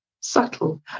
Subtle